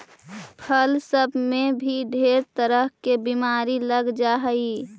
फूल सब में भी ढेर तरह के बीमारी लग जा हई